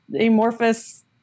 amorphous